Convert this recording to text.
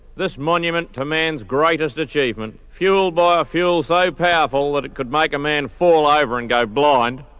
this monument to man's greatest achievement, fuelled by a fuel so powerful that it could make a man fall over and go blind,